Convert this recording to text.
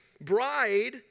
bride